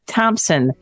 Thompson